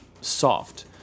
soft